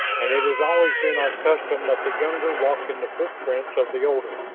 and it has always been our custom that the younger walk in the footprints of the older.